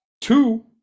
two